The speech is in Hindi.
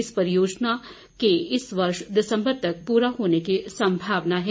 इस परियोजना के इस वर्ष दिसंबर तक पूरा हो जाने की संभावना है